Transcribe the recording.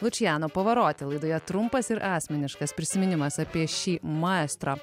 lučiano pavaroti laidoje trumpas ir asmeniškas prisiminimas apie šį maestro